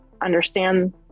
understand